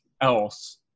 else